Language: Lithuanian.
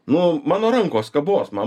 nu mano rankos kabos man